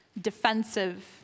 defensive